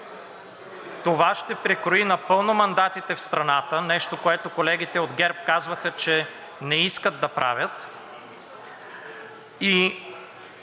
Това ще прекрои напълно мандатите в страната – нещо, което колегите от ГЕРБ казваха, че не искат да правят,